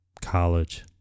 College